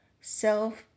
self